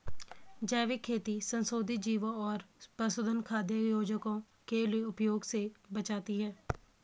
जैविक खेती संशोधित जीवों और पशुधन खाद्य योजकों के उपयोग से बचाती है